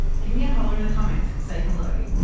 give me a holler in the comments and say hello!